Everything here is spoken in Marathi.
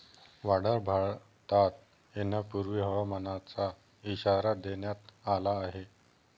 वादळ भारतात येण्यापूर्वी हवामानाचा इशारा देण्यात आला आहे